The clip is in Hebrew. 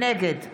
נגד